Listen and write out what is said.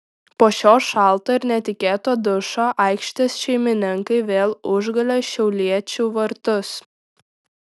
po šio šalto ir netikėto dušo aikštės šeimininkai vėl užgulė šiauliečių vartus